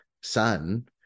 son